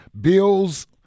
Bills